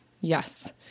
Yes